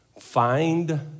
Find